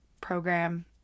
program